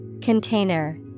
Container